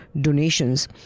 donations